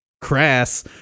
crass